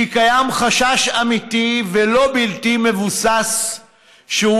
כי קיים חשש אמיתי ולא בלתי מבוסס שהוא